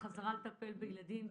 ולטפל בילדים.